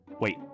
wait